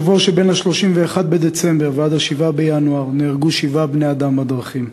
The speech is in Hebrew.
בשבוע שבין 31 בדצמבר ועד 7 בינואר נהרגו שבעה בני-אדם בדרכים.